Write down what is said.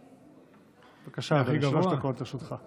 בבקשה, שלוש דקות לרשותך.